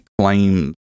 claims